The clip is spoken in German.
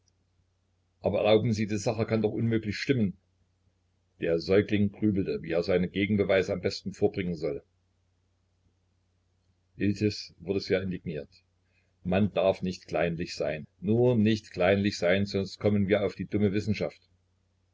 aber erlauben sie die sache kann doch unmöglich stimmen der säugling grübelte wie er seine gegenbeweise am besten vorbringen solle iltis wurde sehr indigniert man darf nicht kleinlich sein nur nicht kleinlich sein sonst kommen wir auf die dumme wissenschaft